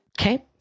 okay